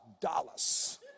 dollars